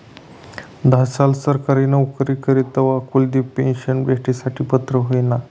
धा साल सरकारी नवकरी करी तवय कुलदिप पेन्शन भेटासाठे पात्र व्हयना